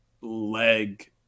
leg